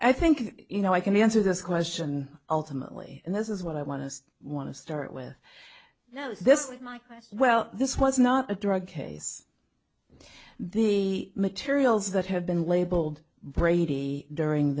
i think you know i can answer this question ultimately and this is what i want to want to start with now is this might as well this was not a drug case the materials that have been labeled brady during